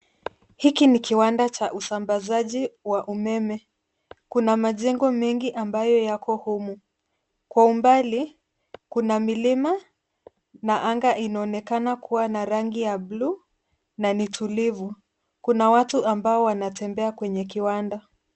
Hiki ni kiwanda cha usambazaji wa umeme. Kuna majengo mengi ambayo yako humu. Kwa umbali kuna milima na anga inaonekana kuwa na rangi ya bluu na ni tulivu. Kuna watu ambao wanatembea kwenye kiwanda.